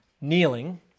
kneeling